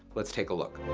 let's take a look.